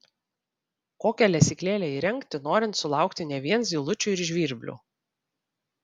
kokią lesyklėlę įrengti norint sulaukti ne vien zylučių ir žvirblių